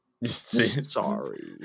sorry